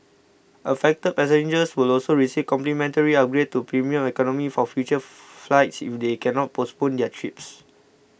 affected passengers will also receive complimentary upgrades to premium economy for future flights if they cannot postpone their trips